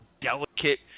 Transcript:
delicate